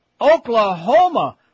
Oklahoma